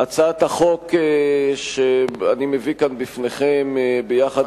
הצעת החוק שאני מביא כאן בפניכם ביחד